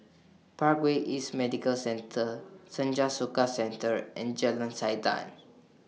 Parkway East Medical Centre Senja Soka Centre and Jalan Siantan